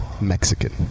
Mexican